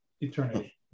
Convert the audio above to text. eternity